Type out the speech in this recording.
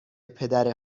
پدر